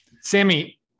sammy